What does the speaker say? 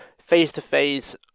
face-to-face